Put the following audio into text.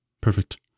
perfect